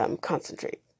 concentrate